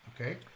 Okay